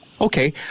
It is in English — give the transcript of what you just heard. Okay